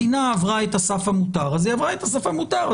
מדינה עברה את הסף המותר אז היא עברה את הסף המותר,